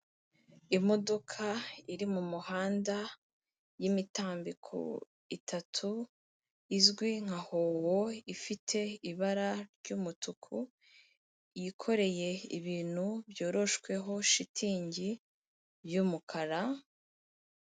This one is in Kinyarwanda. Imodoka iri mu muhanda y'imitambiko itatu, izwi nka howo ifite ibara ry'umutuku, yikoreye ibintu byoroshweho shitingi by'umukara.